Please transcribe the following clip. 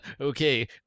okay